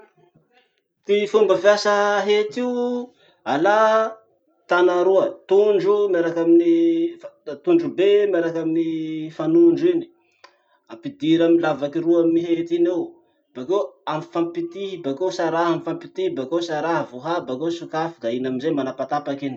Ty fomba fiasa hety io: alà tana roa, tondro miaraky amin'ny fa- t- tondro be miaraky amin'ny fanondro iny, ampidiry amy lavaky roa amy hety iny ao, bakeo ampy fampipitihy, bakeo saraha, ampy fampipitihy bakeo saraha, vohà bakeo sokafy, da iny amizay manapatapaky iny.